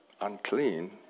Unclean